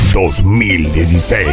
2016